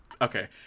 okay